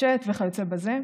צ'אט וכיוצא באלה.